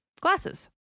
Glasses